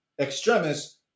extremists